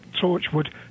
Torchwood